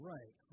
Right